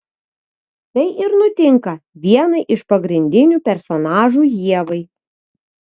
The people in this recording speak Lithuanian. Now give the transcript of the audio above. tai ir nutinka vienai iš pagrindinių personažų ievai